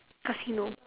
casino